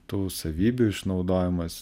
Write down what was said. tų savybių išnaudojimas